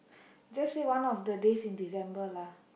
just say one of the days in December lah